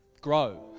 grow